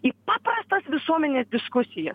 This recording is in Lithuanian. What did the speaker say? į paprastas visuomenės diskusijas